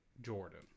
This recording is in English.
Jordan